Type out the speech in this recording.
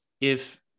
if-